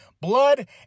Blood